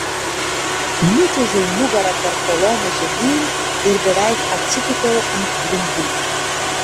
nučiuožiau nugara per koloną žemyn ir beveik atsitūpiau ant grindų